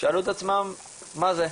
שאלו את עצמם מה זה.